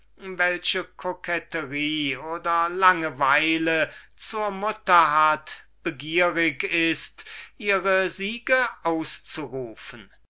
welche coquetterie oder langeweile zur mutter hat begierig ist ihre siege auszuposaunen